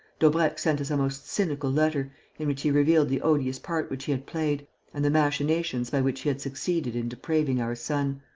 daubrecq sent us a most cynical letter in which he revealed the odious part which he had played and the machinations by which he had succeeded in depraving our son.